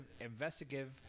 investigative